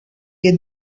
you